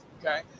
Okay